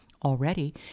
Already